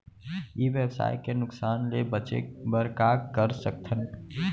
ई व्यवसाय के नुक़सान ले बचे बर का कर सकथन?